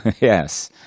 Yes